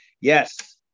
yes